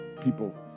people